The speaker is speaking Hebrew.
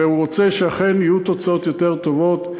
והוא רוצה שאכן יהיו תוצאות יותר טובות.